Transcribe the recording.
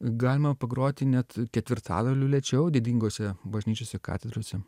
galima pagroti net ketvirtadaliu lėčiau didingose bažnyčiose katedrose